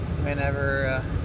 Whenever